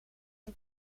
een